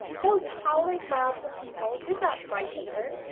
those howling mobs of people did not frighten her.